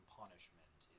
punishment